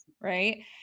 right